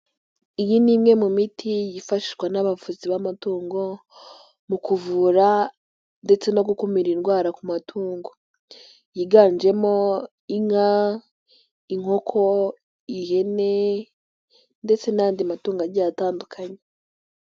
Iyi ni imwe mu miti yifashishwa n'abavuzi b'amatungo, mu kuvura ndetse no gukumira indwara ku matungo, yiganjemo inka, inkoko, ihene ndetse n'andi matungo agiye atandukanye.